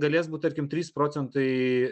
galės būt tarkim trys procentai